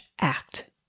act